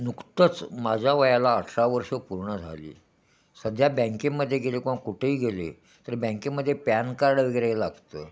नुकतंच माझ्या वयाला अठरा वर्षं पूर्ण झाली सध्या बँकेमध्ये गेलो किंवा कुठेही गेले तर बँकेमध्ये पॅन कार्ड वगैरे लागतं